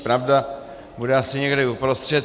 Pravda bude asi někde uprostřed.